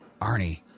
Arnie